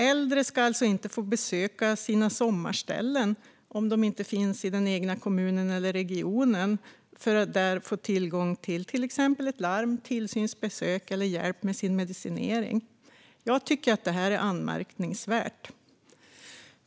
Äldre ska alltså inte få besöka sina sommarställen, om de inte finns i den egna kommunen eller regionen, och där få tillgång till exempelvis ett larm, tillsynsbesök eller hjälp med sin medicinering. Jag tycker att detta är anmärkningsvärt.